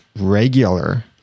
regular